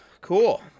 cool